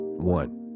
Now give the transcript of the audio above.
one